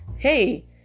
Hey